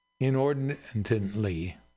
inordinately